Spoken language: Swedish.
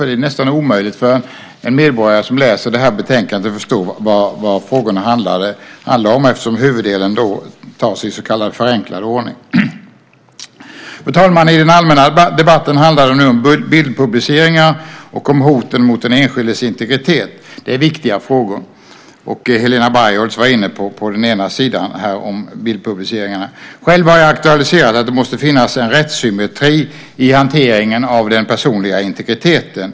Det är nästan omöjligt för en medborgare som läser detta betänkande att förstå vad frågorna handlar om eftersom huvuddelen tas i så kallad förenklad ordning. Fru talman! I den allmänna debatten handlar det nu om bildpubliceringar och om hoten mot den enskildes integritet. Det är viktiga frågor, och Helena Bargholtz var inne på den ena sidan, den om bildpubliceringarna. Jag har aktualiserat att det måste finnas en rättssymmetri i hanteringen av den personliga integriteten.